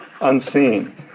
unseen